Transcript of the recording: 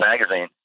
magazine